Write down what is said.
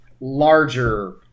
larger